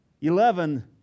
Eleven